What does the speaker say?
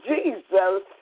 Jesus